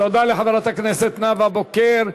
תודה לחברת הכנסת נאוה בוקר.